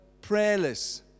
prayerless